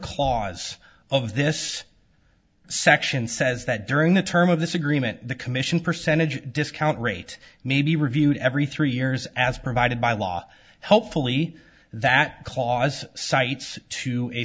clause of this section says that during the term of this agreement the commission percentage discount rate may be reviewed every three years as provided by law hopefully that clause cites to a